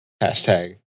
Hashtag